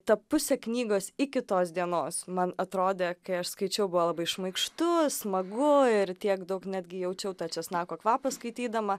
tą pusę knygos iki tos dienos man atrodė kai aš skaičiau buvo labai šmaikštu smagu ir tiek daug netgi jaučiau tą česnako kvapą skaitydama